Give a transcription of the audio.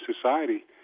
society